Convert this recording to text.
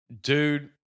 dude